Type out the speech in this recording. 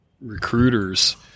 recruiters